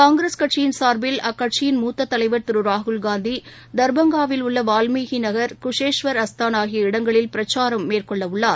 காங்கிரஸ் கட்சியின் சார்பில் அக்கட்சியின் மூத்த தலைவர் திரு ராகுல் காந்தி தர்பங்காவில் உள்ள வாவ்மீகி நகர் குசேஷ்வர்அஸ்தான் ஆகிய இடங்களில் பிரச்சாரம் மேற்கொள்ள உள்ளார்